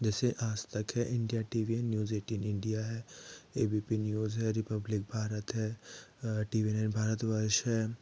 जैसे आज तक है इंडिया टी वी है न्यूज ऐटीन इंडिया है ए बी पी न्यूज़ है रिपब्लिक भारत है T V nine Bharat Varsh है